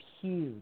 huge